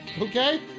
Okay